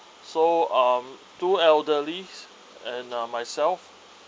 so um two elderly and uh myself